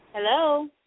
Hello